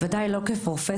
ודאי לא כפרופסיה.